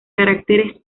caracteres